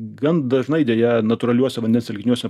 gan dažnai deja natūraliuose vandens telkiniuose